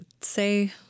say